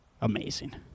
amazing